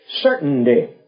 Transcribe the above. certainty